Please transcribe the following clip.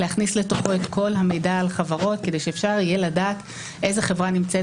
להכניס לתוכו את כל המידע על חברות כדי שאפשר יהיה לדעת איזה חברה נמצאת